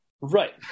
right